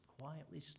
quietly